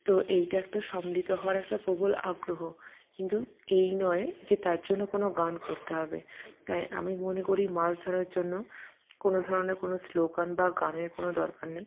তো এইটা একটা সম্মিলিত হওয়ার একটা প্রবল আগ্রহ কিন্তু এই নয় যে তার জন্য কোনও গান করতে হবে তাই আমি মনে করি মাছ ধরার জন্য কোনও ধরনের কোনও স্লোগান বা গানের কোনও দরকার নেই